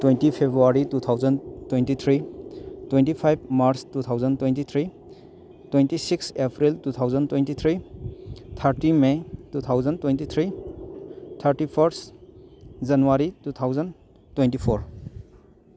twenty February two thousand twenty three twenty five March two thousand twenty three twenty six April two thousand twenty three thirty may two thousand twenty three thirty first January two thousand twenty four